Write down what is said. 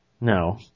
No